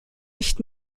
nicht